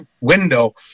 window